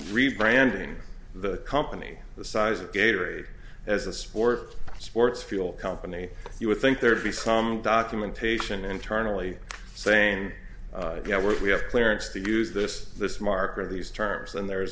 rebranding the company the size of gator aid as a sport sports fuel company you would think there'd be some documentation internally saying yeah we have clearance to use this this marker these terms and there is